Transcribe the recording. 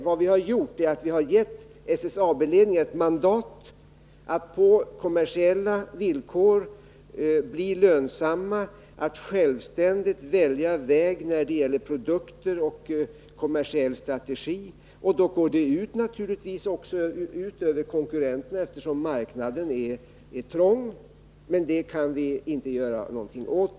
Vad vi har gjort är att vi har gett SSAB-ledningen mandat att på kommersiella villkor skapa ett lönsamt företag och självständigt välja väg när det gäller produkter och kommersiell strategi. Då går det naturligtvis också ut över konkurrenterna, eftersom marknaden är trång, men det kan vi inte göra någonting åt.